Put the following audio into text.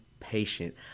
patient